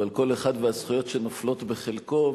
אבל כל אחד והזכויות שנופלות בחלקו,